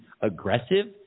aggressive